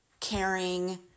caring